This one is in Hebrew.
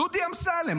דודי אמסלם,